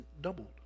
doubled